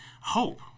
hope